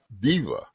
diva